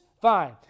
fine